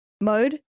mode